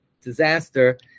disaster